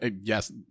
yes